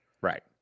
Right